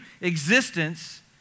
existence